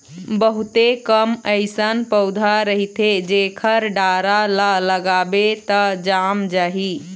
बहुते कम अइसन पउधा रहिथे जेखर डारा ल लगाबे त जाम जाही